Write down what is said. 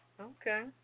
Okay